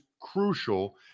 crucial